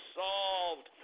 solved